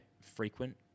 frequent